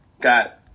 got